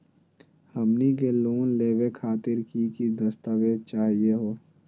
हमनी के लोन लेवे खातीर की की दस्तावेज चाहीयो हो?